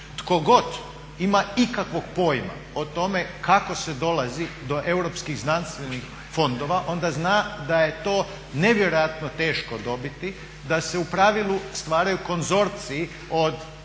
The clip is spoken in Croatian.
Tko god ima ikakvog pojma o tome kako se dolazi do europskih znanstvenih fondova onda zna da je to nevjerojatno teško dobiti, da se u pravilu stvaraju konzorciji od